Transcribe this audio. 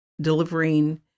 delivering